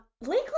Lake